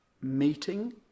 meeting